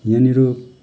यहाँनिर